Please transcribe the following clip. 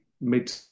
mid